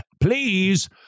Please